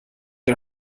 der